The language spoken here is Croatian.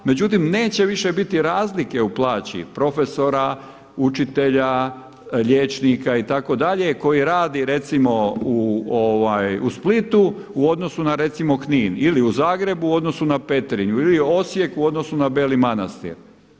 Međutim neće više biti razlike u plaći profesora, učitelja, liječnika itd. koji radi recimo u Splitu u odnosu na recimo Knin, ili u Zagrebu u odnosu na Petrinju ili u Osijeku u odnosu na Beli Manastir.